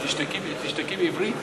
תשתקי בעברית.